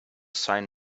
sign